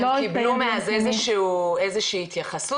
הם קיבלו איזושהי התייחסות?